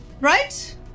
Right